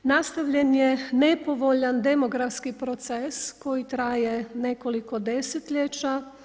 Nastavljen je nepovoljan demografski proces koji traje nekoliko desetljeća.